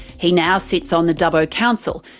he now sits on the dubbo council,